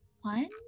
one